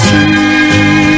See